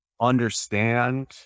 understand